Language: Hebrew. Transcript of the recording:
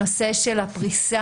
הנושא של הפריסה.